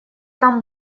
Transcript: там